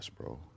bro